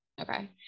okay